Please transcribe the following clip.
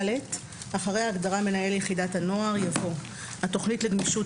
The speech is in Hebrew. אחרי ההגדרה "מנהל יחידת הנוער" יבוא: ""התכנית לגמישות